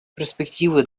перспективы